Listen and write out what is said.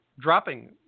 dropping